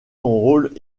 rôle